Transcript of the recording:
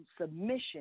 submission